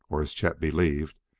or, as chet believed,